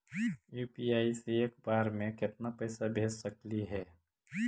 UPI से एक बार मे केतना पैसा भेज सकली हे?